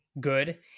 good